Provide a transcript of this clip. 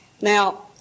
Now